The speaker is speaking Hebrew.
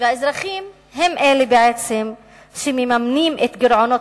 האזרחים הם אלה שמממנים בעצם את גירעונות